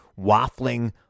waffling